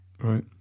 Right